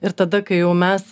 ir tada kai jau mes